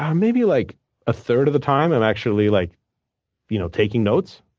um maybe like a third of the time, i'm actually like you know taking notes.